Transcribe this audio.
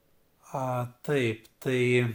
a taip tai